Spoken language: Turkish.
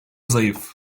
zayıf